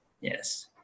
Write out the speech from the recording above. Yes